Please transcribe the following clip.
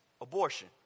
abortion